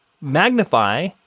magnify